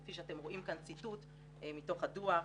וכפי שאתם רואים כאן ציטוט מתוך הדוח,